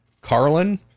Carlin